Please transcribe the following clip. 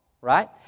right